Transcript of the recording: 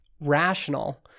rational